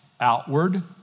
Outward